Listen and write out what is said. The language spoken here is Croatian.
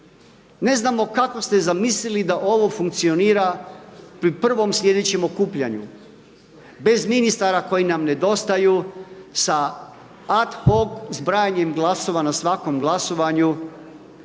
Ne znamo kako ste zamislili da ovo funkcionira pri prvom sljedećem okupljanju bez ministara koji nam nedostaju, sa ad hoc zbrajanjem glasova na svakom glasovanju.